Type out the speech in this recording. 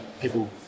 people